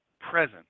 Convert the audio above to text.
present